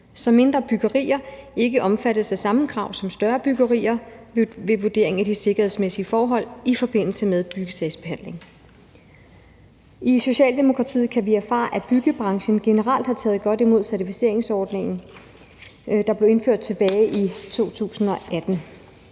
så mindre byggerier ikke omfattes af samme krav som større byggerier ved vurdering af de sikkerhedsmæssige forhold i forbindelse med byggesagsbehandlingen. I Socialdemokratiet kan vi erfare, at byggebranchen generelt har taget godt imod certificeringsordningen, der blev indført tilbage i 2018.